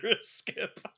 skip